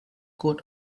coat